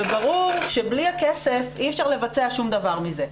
וברור שבלי הכסף אי אפשר לבצע שום דבר מזה,